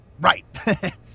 right